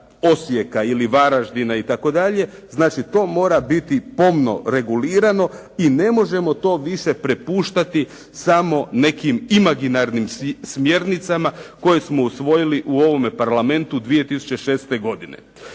Osijeka ili Varaždina itd., znači to mora biti pomno regulirano i ne možemo to više prepuštati samo nekim imaginarnim smjernicama koje smo usvojili u ovome Parlamentu 2006. godine.